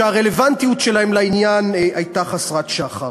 שהרלוונטיות שלהם לעניין הייתה חסרת שחר.